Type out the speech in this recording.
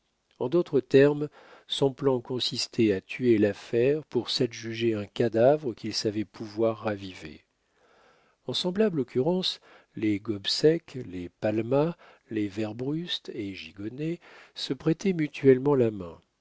en d'autres termes son plan consistait à tuer l'affaire pour s'adjuger un cadavre qu'il savait pouvoir raviver en semblable occurrence les gobseck les palma les werbrust et gigonnet se prêtaient mutuellement la main